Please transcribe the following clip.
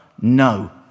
No